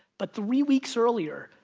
but three weeks earlier,